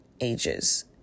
ages